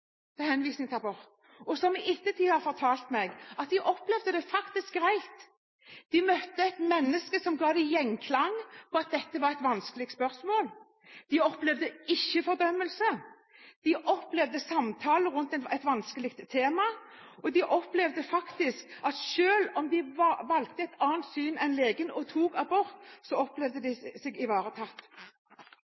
henvisning til abort. Disse kvinnene har i ettertid fortalt meg at de faktisk opplevde det som greit. De møtte et menneske som ga dem gjenklang på at dette var et vanskelig spørsmål. De opplevde ikke fordømmelse. De opplevde en samtale rundt et vanskelig tema, og de opplevde faktisk at selv om de hadde et annet syn enn legen og ønsket abort, så opplevde